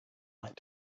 light